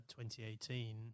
2018